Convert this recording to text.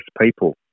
people